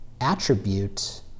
attribute